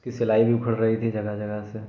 उसकी सिलाई भी उखड़ रही थी जगह जगह से